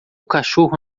cachorro